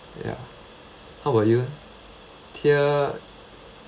ya how about you eh tier